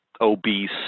obese